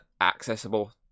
accessible